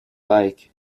like